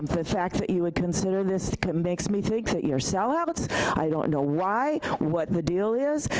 um the fact that you would consider this makes me think that you're sellouts i don't know why, what the deal is,